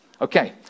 okay